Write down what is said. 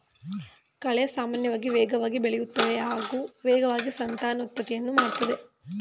ಕಳೆ ಸಾಮಾನ್ಯವಾಗಿ ವೇಗವಾಗಿ ಬೆಳೆಯುತ್ತವೆ ಹಾಗೂ ವೇಗವಾಗಿ ಸಂತಾನೋತ್ಪತ್ತಿಯನ್ನು ಮಾಡ್ತದೆ